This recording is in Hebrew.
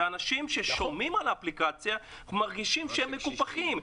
ואנשים ששומעים על האפליקציה מרגישים שהם מקופחים,